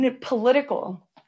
political